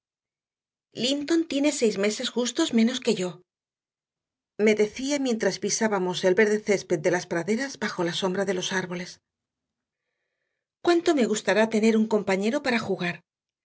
linton tiene seis meses justos menos que yo me decía mientras pisábamos el verde césped de las praderas bajo la sombra de los árboles cuánto me gustará tener un compañero para jugar